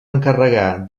encarregar